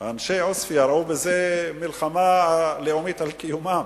אנשי עוספיא ראו בזה מלחמה לאומית על קיומם.